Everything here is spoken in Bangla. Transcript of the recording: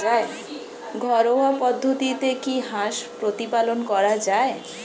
ঘরোয়া পদ্ধতিতে কি হাঁস প্রতিপালন করা যায়?